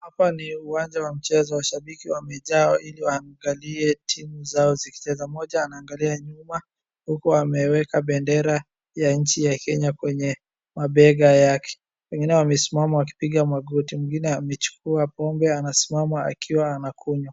Hapa ni uwanja wa mchezo. Mashabiki wamejaa iliwaangalie timu zao zikicheza. Mmoja ananagalia nyuma huku ameweka bendera ya nchi ya Kenya kwenye mabega yake. Wengine wamesimama wakipiga magoti. Mwingine amechukua pombe anasimama akiwa anakunywa.